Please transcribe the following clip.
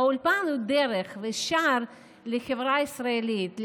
אולפן זה דרך ושער לחברה הישראלית.